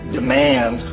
demand